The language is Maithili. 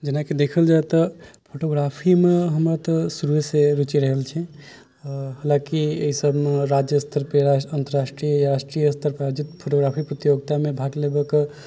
जेनाकि देखल जाइ तऽ फोटोग्राफीमे हमर शुरुएसँ बहुत रुचि रहल छै हाँलाकि एहि सभमे राज्य स्तरपे राष्ट्रीय अन्तर्राष्ट्रिय राष्ट्रीय पर आयोजित फोटोग्राफी प्रतियोगितामे भाग लेबैके